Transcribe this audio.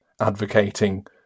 advocating